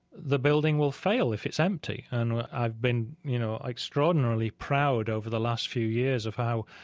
the building will fail if it's empty. and i've been, you know, extraordinarily proud over the last few years of how,